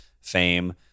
fame